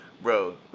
bro